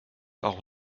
auch